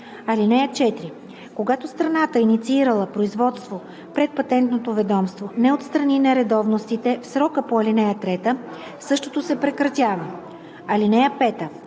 друго. (4) Когато страната, инициирала производство пред Патентното ведомство не отстрани нередовностите в срока по ал. 3, същото се прекратява. (5)